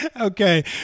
Okay